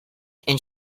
and